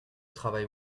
travail